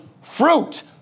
fruit